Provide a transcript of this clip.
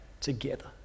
together